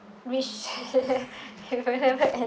which